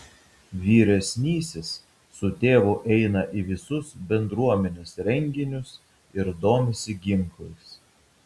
vyresnysis su tėvu eina į visus bendruomenės renginius ir domisi ginklais